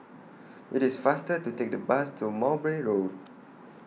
IT IS faster to Take The Bus to Mowbray Road